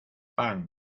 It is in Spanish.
pan